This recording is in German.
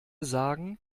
sagen